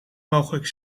mogelijk